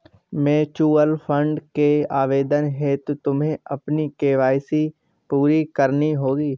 mutual fund के आवेदन हेतु तुम्हें अपनी के.वाई.सी पूरी करनी होगी